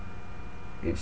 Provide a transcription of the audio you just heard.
it's